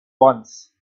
once